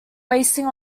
wasting